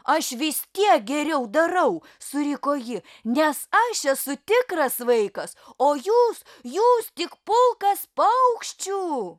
aš vis tiek geriau darau suriko ji nes aš esu tikras vaikas o jūs jūs tik pulkas paukščių